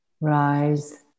rise